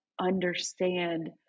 understand